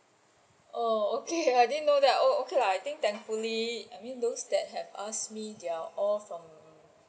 oh okay lah I didn't know that okay lah I think thankfully I mean those that have asked me they're all from